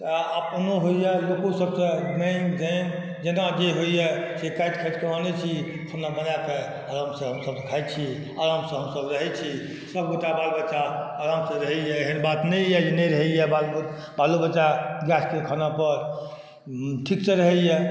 आओर अपनहुँ होइए लोकोसबसँ माँगि चाँगि जेना जे होइए से काटि काटिके आनै छी खाना बनाके आरामसँ सब खाइ छी आरामसँ हमसब रहै छी सबगोटा बाल बच्चा आरामसँ रहैए एहन कोनो बात नहि अछि जे नहि रहैए बाल बच्चा बालो बच्चा गैसके खानापर ठीकसँ रहैए